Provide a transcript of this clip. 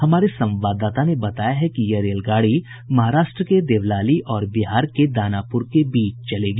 हमारे संवाददाता ने बताया है कि यह रेलगाड़ी महाराष्ट्र के देवलाली और बिहार के दानापुर के बीच चलेगी